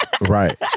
Right